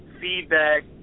feedback